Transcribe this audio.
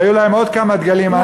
כי היו להם עוד כמה דגלים אנטי-חרדיים.